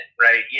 right